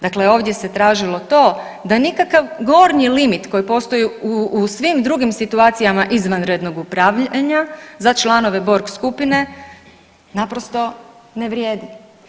Dakle, ovdje se tražilo to da nikakav gornji limit koji postoji u svim drugim situacijama izvanrednog upravljanja za članove Borg skupine, naprosto ne vrijedi.